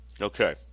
Okay